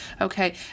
Okay